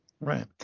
Right